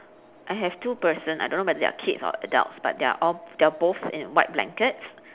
I have two person I don't know whether they are kids or adults but they are all they are both in white blankets